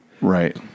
Right